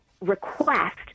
request